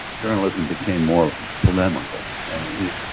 journalism became more polemical and it,